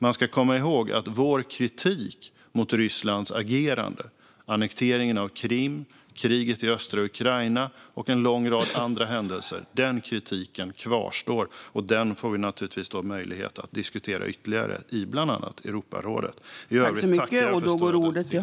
Man ska komma ihåg att vår kritik mot Rysslands agerande - annekteringen av Krim, kriget i östra Ukraina och en lång rad andra händelser - kvarstår. Den får vi möjlighet att diskutera ytterligare i bland annat Europarådet. I övrigt tackar jag för stödet till ordförandeskapet.